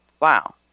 Wow